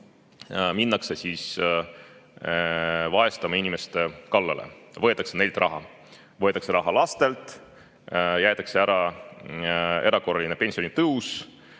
minnakse vaesemate inimeste kallale. Võetakse neilt raha, võetakse raha lastelt, jäetakse ära erakorraline pensionitõus,